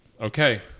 Okay